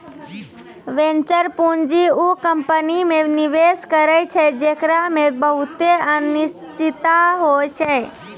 venture पूंजी उ company मे निवेश करै छै जेकरा मे बहुते अनिश्चिता होय छै